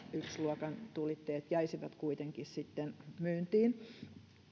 yksi luokan tulitteet jäisivät kuitenkin sitten myyntiin